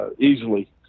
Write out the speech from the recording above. easily